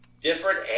Different